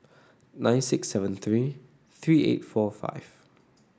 nine six seven three three eight four five